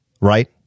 Right